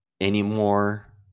anymore